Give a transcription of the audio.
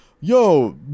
yo